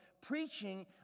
preaching